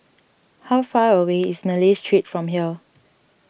how far away is Malay Street from here